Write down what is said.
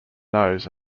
nose